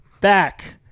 back